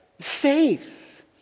faith